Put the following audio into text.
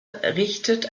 richtet